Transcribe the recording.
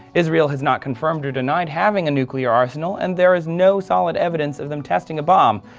israel has not confirmed or denied having a nuclear arsenal and there is no solid evidence of them testing a bomb,